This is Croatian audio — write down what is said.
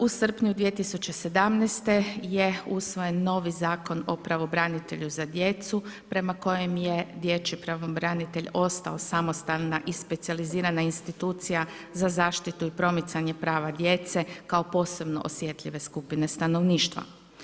U srpnju 2017. je usvojen novi Zakon o pravobranitelju za djecu prema kojem je dječji pravobranitelj ostao samostalna i specijalizirana institucija za zaštitu i promicanje prava djece kao posebno osjetljive skupine stanovništva.